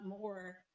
more